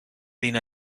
been